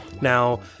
Now